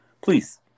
Please